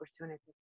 opportunity